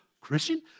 Christian